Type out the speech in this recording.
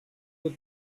the